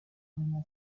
veniva